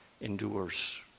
endures